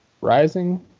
rising